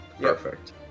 perfect